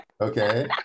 okay